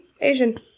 Asian